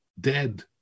dead